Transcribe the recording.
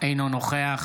אינו נוכח